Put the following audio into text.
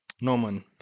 Norman